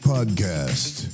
Podcast